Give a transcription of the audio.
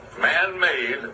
man-made